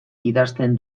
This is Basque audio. idazten